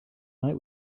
night